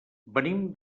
venim